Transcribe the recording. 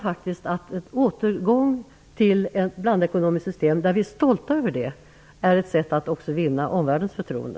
Det kan hända att en återgång till ett blandekonomiskt system som vi är stolta över är ett sätt att också vinna omvärldens förtroende.